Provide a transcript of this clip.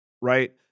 right